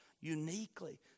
uniquely